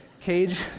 cage